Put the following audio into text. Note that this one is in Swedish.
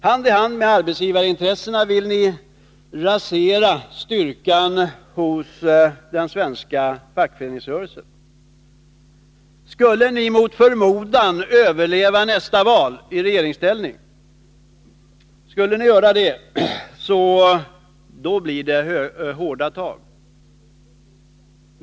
Hand i hand med arbetsgivarintressena vill ni rasera styrkan hos den svenska fackföreningsrörelsen. Skulle ni mot förmodan överleva nästa val i regeringsställning blir det hårda tag.